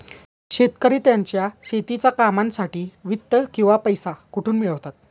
शेतकरी त्यांच्या शेतीच्या कामांसाठी वित्त किंवा पैसा कुठून मिळवतात?